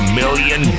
million